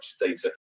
data